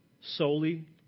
solely